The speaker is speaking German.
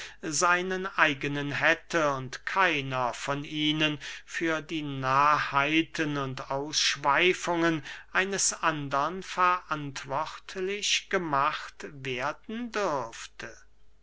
seinen eigenen hätte und keiner von ihnen für die narrheiten und ausschweifungen eines andern verantwortlich gemacht werden dürfte